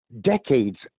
decades